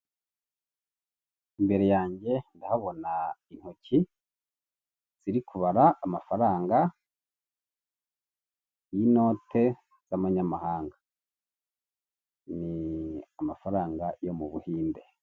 Imbere yanjye ndahabona intoki ziri kubara amafaranga y'inote z'abanyamahanga, ni amafaranga yo mu buhinde.